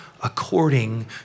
according